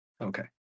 Okay